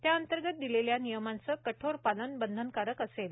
त्याअंतर्गत दिलेल्या नियमांचं कठोर पालन बंधनकारक असेल